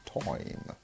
time